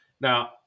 Now